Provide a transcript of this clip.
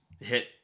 hit